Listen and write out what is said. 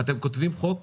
אתם כותבים הצעת חוק,